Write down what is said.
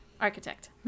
Architect